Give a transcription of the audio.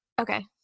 Okay